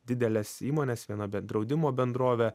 didelės įmonės viena be draudimo bendrovė